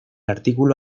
artículo